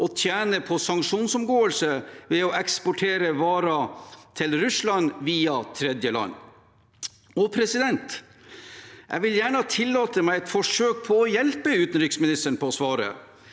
å tjene på sanksjonsomgåelse ved å eksportere varer til Russland via tredjeland? Jeg vil gjerne tillate meg et forsøk på å hjelpe utenriksministeren med svaret: